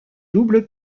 double